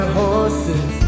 horses